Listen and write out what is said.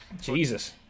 Jesus